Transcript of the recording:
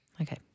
Okay